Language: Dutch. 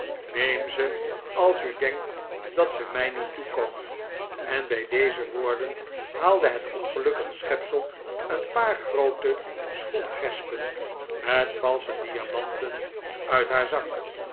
neem ze als u denkt dat ze mij niet toekomen en bij deze woorden haalde het ongelukkige schepsel een paar groote schoengespen met valsche diamanten uit haar zak